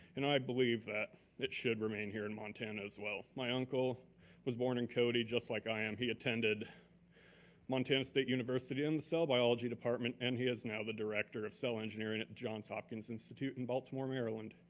and i believe that it should remain here in montana as well. my uncle was born in cody, just like i am. he attended montana state university in the cell biology department, and he is now the director of cell engineering at john hopkins institute in baltimore, maryland.